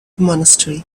monastery